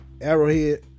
Arrowhead